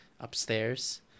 upstairs